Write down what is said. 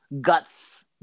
guts